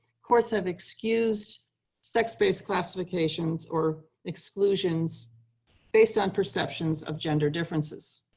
courts have excused sex-based classifications or exclusions based on perceptions of gender differences.